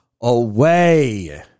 away